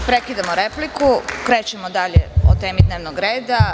Prekidamo repliku, krećemo dalje o temi dnevnog reda.